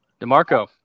DeMarco